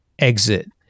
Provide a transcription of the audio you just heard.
exit